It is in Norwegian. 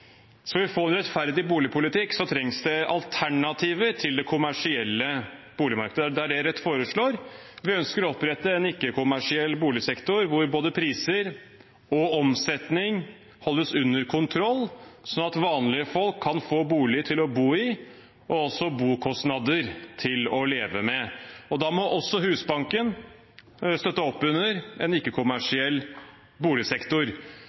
vi få en rettferdig boligpolitikk, trengs det alternativer til det kommersielle boligmarkedet. Det er det Rødt foreslår. Vi ønsker å opprette en ikke-kommersiell boligsektor der både priser og omsetning holdes under kontroll, sånn at vanlige folk kan få bolig til å bo i og også bokostnader til å leve med. Da må også Husbanken støtte opp under en ikke-kommersiell boligsektor.